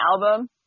album